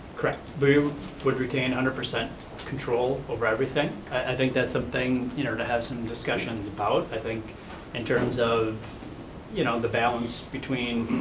correct. we would retain one and percent control over everything. i think that's something you know to have some discussions about. i think in terms of you know the balance between